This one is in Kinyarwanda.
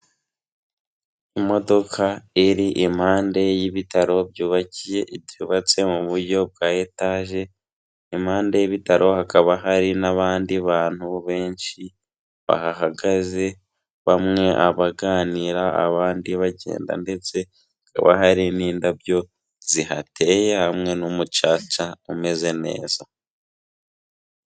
Imodoka iri impande y'ibitaro byubatse mu buryo bwa etage impande y'ibitaro hakaba hari n'abandi bantu benshi bahahagaze bamwe abaganira abandi bagenda ndetse hakaba hari n'indabyo zihateye hamwe n'umucaca umeze neza.